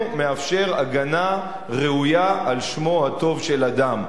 מאפשר הגנה ראויה על שמו הטוב של אדם.